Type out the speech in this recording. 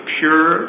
pure